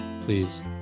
please